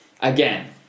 again